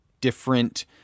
different